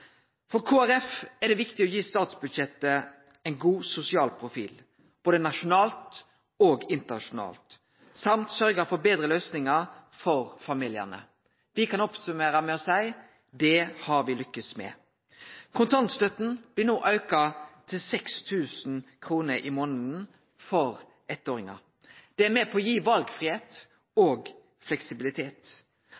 Kristeleg Folkeparti er det viktig å gi statsbudsjettet ein god sosial profil både nasjonalt og internasjonalt samt sørgje for betre løysingar for familiane. Me kan summere opp med å seie: Det har me lukkast med. Kontantstøtta blir no auka til 6 000 kr i månaden for eittåringar. Det er med på å gi